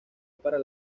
para